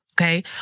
okay